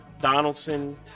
Donaldson